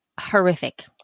horrific